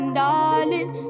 darling